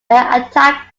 attack